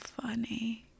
funny